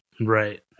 Right